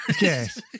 yes